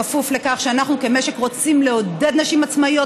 בכפוף לכך שאנחנו כמשק רוצים לעודד נשים עצמאיות,